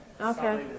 Okay